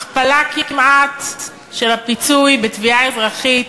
הכפלה, כמעט, של הפיצוי בתביעה אזרחית,